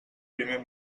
primer